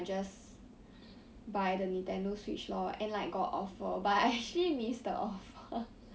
and like after playing everyday for like so many months since now holiday then I just